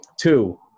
Two